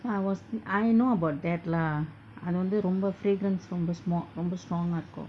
!wah! I was I know about that lah அதுவந்து ரொம்ப:athuvandthu rompa fragrance from the small ரொம்ப:rompa strong-aa இருக்கு:irukku